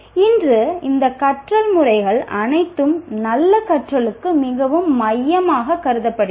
இன்று இந்த கற்றல் முறைகள் அனைத்தும் நல்ல கற்றலுக்கு மிகவும் மையமாகக் கருதப்படுகின்றன